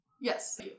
Yes